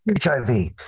HIV